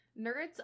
nerds